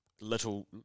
little